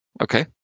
Okay